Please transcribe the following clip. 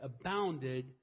abounded